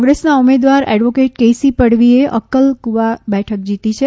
કોંગ્રેસના ઊમેદવાર advocate KC પડવીએ અક્કલકુવા બેઠક જીતી છે